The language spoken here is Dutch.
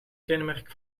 kenmerk